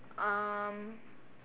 um